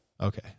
Okay